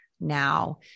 now